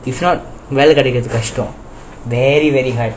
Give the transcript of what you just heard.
if not வேலை கிடைகர்து கஷ்டம்:vellai kidaikarthu kashtam very very high